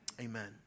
Amen